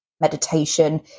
meditation